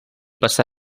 passà